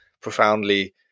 profoundly